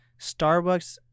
Starbucks